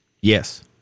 Yes